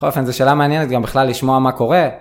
בכל אופן זו שאלה מעניינת, גם בכלל לשמוע מה קורה.